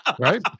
Right